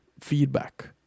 feedback